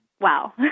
wow